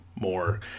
more